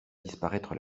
disparaître